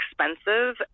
expensive